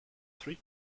three